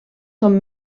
són